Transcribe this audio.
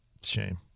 Shame